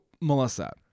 Melissa